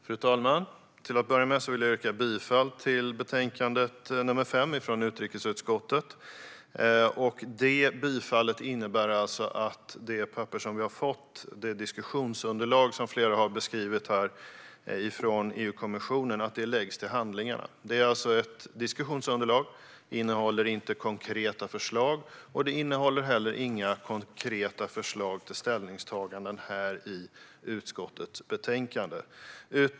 Fru talman! Jag yrkar bifall till utskottets förslag. Det innebär att det diskussionsunderlag som vi har fått från EU-kommissionen läggs till handlingarna. Detta diskussionsunderlag innehåller inga konkreta förslag, inte heller till ställningstaganden i utskottets utlåtande.